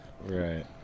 right